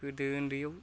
गोदो उन्दैयाव